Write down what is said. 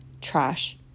trash